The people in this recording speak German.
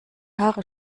haare